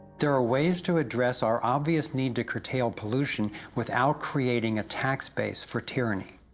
there are ways to adress our obvious need to curtail pollution without creating a tax base for tyranny.